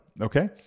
Okay